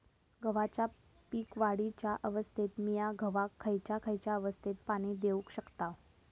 गव्हाच्या पीक वाढीच्या अवस्थेत मिया गव्हाक खैयचा खैयचा अवस्थेत पाणी देउक शकताव?